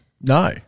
No